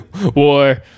War